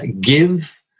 give